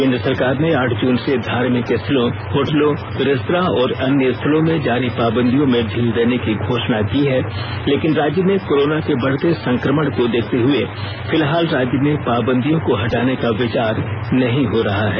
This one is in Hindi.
केन्द्र सरकार ने आठ जून से धार्मिक स्थलों होटलो रेस्त्रों और अन्य स्थलों में जारी पावंदियों में ढिल देने की घोषणा की है लेकिन राज्य में कोरोना के बढ़ते संक्रमण को देखते हुए फिलहाल राज्य में पावंदियों को हटाने का विचार नहीं हो रहा है